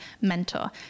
mentor